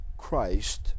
christ